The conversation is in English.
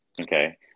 Okay